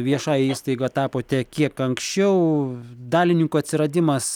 viešąja įstaiga tapote kiek anksčiau dalininkų atsiradimas